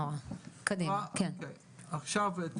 עכשיו,